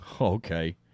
Okay